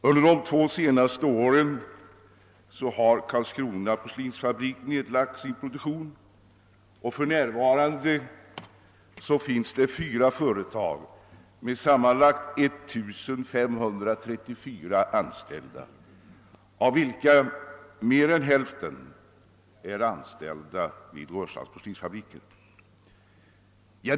Under de senaste två åren har Karlskrona porslinsfabrik lagt ned sin produktion, och för närvarande finns det fyra företag med sammanlagt 1534 anställda, av vilka mer än hälften är anställda vid Rörstrands porslinsfabriker.